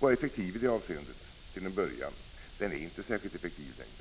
var effektiv i detta avseende — till en början. Den är inte särskilt effektiv längre.